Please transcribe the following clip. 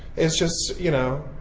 it's just, you know,